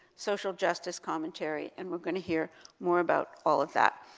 social justice commentary, and we're gonna hear more about all of that.